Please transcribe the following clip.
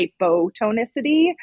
hypotonicity